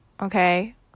okay